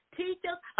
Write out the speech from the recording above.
teachers